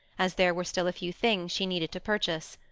as there were still a few things she needed to purchase.